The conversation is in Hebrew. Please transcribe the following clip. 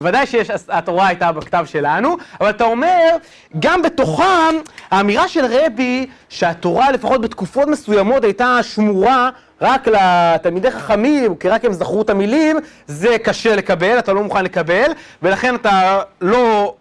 בוודאי שהתורה הייתה בכתב שלנו, אבל אתה אומר, גם בתוכן האמירה של רבי שהתורה לפחות בתקופות מסוימות הייתה שמורה רק לתלמידי חכמים, כי רק הם זכרו את המילים, זה קשה לקבל, אתה לא מוכן לקבל, ולכן אתה לא...